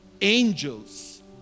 angels